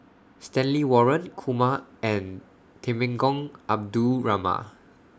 Stanley Warren Kumar and Temenggong Abdul Rahman